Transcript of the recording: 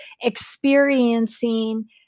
experiencing